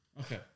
okay